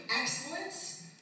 excellence